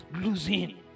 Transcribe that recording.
losing